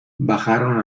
bajaron